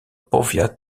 powiat